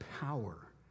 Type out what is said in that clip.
power